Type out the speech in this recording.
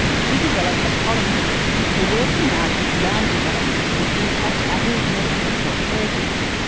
she developed a policy for working out if land developments would impact aboriginal cultural heritage.